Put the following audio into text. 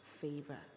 favor